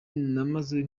namazeyo